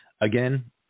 again